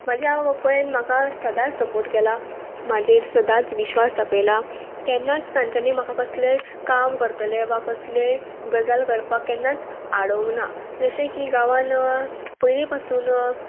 म्हाज्या हांव बापायन म्हाका सदांच सपोर्ट केला म्हाजेर सदांच विश्वास दाखयला केन्नाच तांच्यांनी म्हाका कसलें काम करतलें वा कसलें गजाल करपाक केन्नाच आडोंक ना जशें की गांवान पयलीं पासून